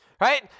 Right